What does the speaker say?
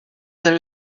there